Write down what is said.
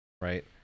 Right